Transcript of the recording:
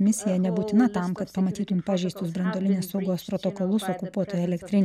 misija nebūtina tam kad pamatytum pažeistus branduolinės saugos protokolus okupuotoj elektrinėj